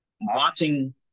watching